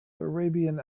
arabian